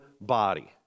body